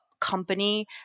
company